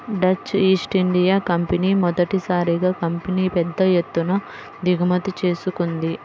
Dutch East India company మొదటిసారిగా కాఫీని పెద్ద ఎత్తున దిగుమతి చేసుకుంది